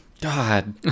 God